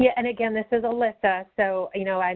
yeah and, again, this is alissa. so, you know, and